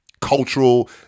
cultural